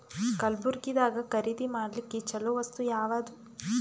ಕಲಬುರ್ಗಿದಾಗ ಖರೀದಿ ಮಾಡ್ಲಿಕ್ಕಿ ಚಲೋ ವಸ್ತು ಯಾವಾದು?